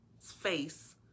face